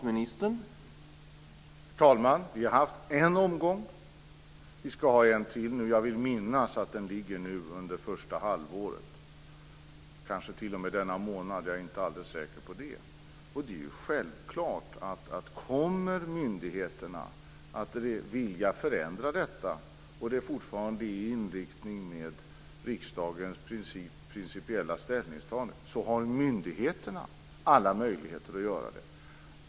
Herr talman! Vi har haft en omgång. Vi ska ha en till. Jag vill minnas att den ligger nu under första halvåret. Kanske ligger den t.o.m. under denna månad, jag är inte alldeles säker på det. Det är ju självklart att kommer myndigheterna att vilja förändra detta och det fortfarande ligger i linje med riksdagens principiella ställningstagande har myndigheterna alla möjligheter att göra det.